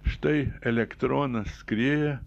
štai elektronas skrieja